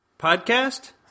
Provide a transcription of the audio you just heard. Podcast